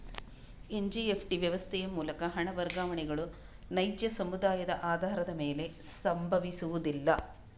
NEFT ವ್ಯವಸ್ಥೆಯ ಮೂಲಕ ಹಣ ವರ್ಗಾವಣೆಗಳು ನೈಜ ಸಮಯದ ಆಧಾರದ ಮೇಲೆ ಸಂಭವಿಸುವುದಿಲ್ಲ